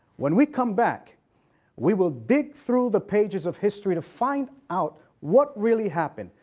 when we come back we will dig through the pages of history to find out what really happened.